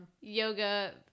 yoga